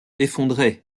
effondré